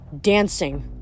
dancing